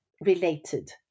Related